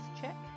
check